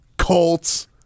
Colts